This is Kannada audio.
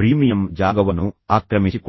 ಪ್ರೀಮಿಯಂ ಜಾಗವನ್ನು ಆಕ್ರಮಿಸಿಕೊಳ್ಳುತ್ತವೆ